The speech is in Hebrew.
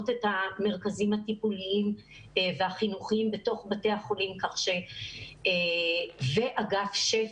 את המרכזים הטיפוליים והחינוכיים בתוך בתי החולים ואגף שפ"י,